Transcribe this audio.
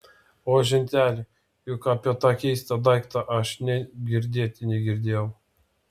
oi ženteli juk apie tą keistą daiktą aš nė girdėti negirdėjau